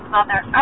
Mother